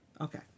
Okay